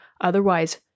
Otherwise